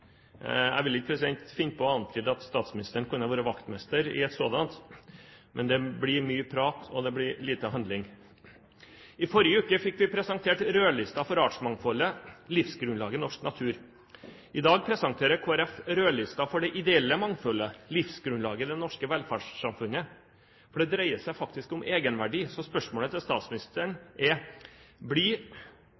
på å antyde at statsministeren kunne ha vært vaktmester i et sådant, men det blir mye prat og lite handling. I forrige uke fikk vi presentert rødlisten for artsmangfoldet, livsgrunnlaget i norsk natur. I dag presenterer Kristelig Folkeparti rødlisten for det ideelle mangfoldet, livsgrunnlaget i det norske velferdssamfunnet. Det dreier seg faktisk om egenverdi. Så spørsmålet til statsministeren